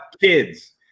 kids